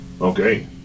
Okay